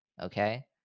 okay